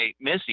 Missy